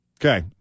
Okay